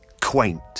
quaint